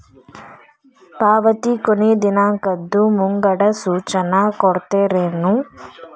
ಪಾವತಿ ಕೊನೆ ದಿನಾಂಕದ್ದು ಮುಂಗಡ ಸೂಚನಾ ಕೊಡ್ತೇರೇನು?